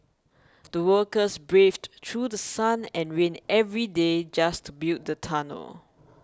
the workers braved through sun and rain every day just to build the tunnel